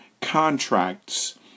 contracts